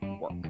work